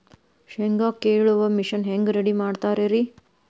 ಶೇಂಗಾ ಕೇಳುವ ಮಿಷನ್ ಹೆಂಗ್ ರೆಡಿ ಮಾಡತಾರ ರಿ?